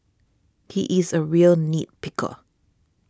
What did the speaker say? he is a real nit picker